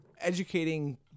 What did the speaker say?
educating